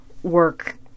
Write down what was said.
work